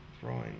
throwing